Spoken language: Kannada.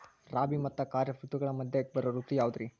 ರಾಬಿ ಮತ್ತ ಖಾರಿಫ್ ಋತುಗಳ ಮಧ್ಯಕ್ಕ ಬರೋ ಋತು ಯಾವುದ್ರೇ?